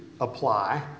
apply